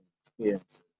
experiences